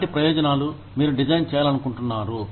ఎలాంటి ప్రయోజనాలు మీరు డిజైన్ చేయాలనుకుంటున్నారు